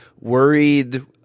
worried